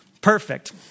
Perfect